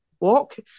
walk